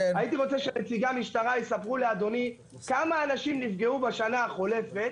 הייתי רוצה שנציגי המשטרה יספרו לאדוני כמה אנשים נפגעו בשנה החולפת